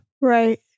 right